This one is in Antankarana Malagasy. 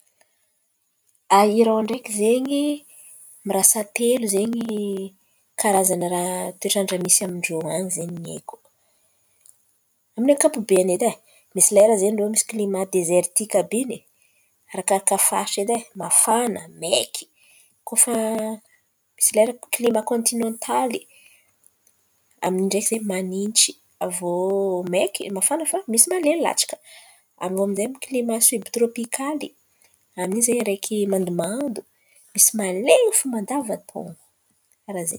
A Iran ndraiky zen̈y, mirasa telo zen̈y karazan'ny raha toetrandra misy amin-drô an̈y zen̈y, ny haiko amin'ny ankapobeny edy e. Misy lera zen̈y irô klimà dezertika àby in̈y, arakaraka faritry edy e, mafana maiky. Koa fa misy lera klimà kôntinantaly, amin'in̈y ndraiky zen̈y manintsy, avô maiky mafana fa misy malen̈y latsaka. An̈ao amizay amin'ny klimà siobtirôpikaly, amin'in̈y zen̈y araiky misy mandomando, amin'iny zen̈y araiky misy malen̈y fo mandava-taon̈o karàha zen̈y.